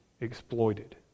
exploited